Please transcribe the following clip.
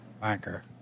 Banker